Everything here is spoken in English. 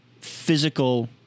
physical